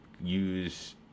use